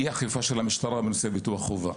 אי אכיפה של המשטרה בנושא ביטוח חובה.